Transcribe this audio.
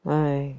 !aiya!